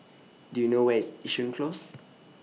Do YOU know Where IS Yishun Close